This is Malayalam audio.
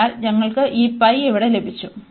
അതിനാൽ ഞങ്ങൾക്ക് ഈ പൈ ഇവിടെ ലഭിച്ചു